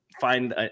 find